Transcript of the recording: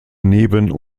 neben